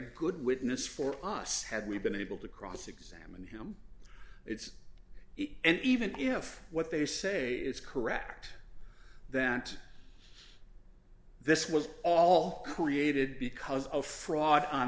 good witness for us had we been able to cross examine him it's it and even if what they say is correct that this was all created because of fraud on